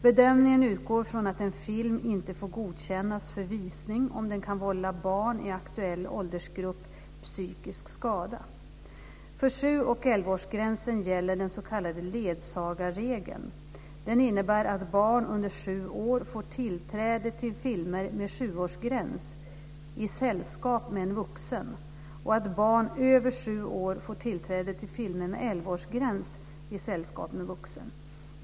Bedömningen utgår från att en film inte får godkännas för visning om den kan vålla barn i aktuell åldersgrupp psykisk skada. För 7 och 7 år får tillträde till filmer med 11-årsgräns i sällskap med vuxen.